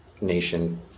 nation